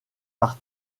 par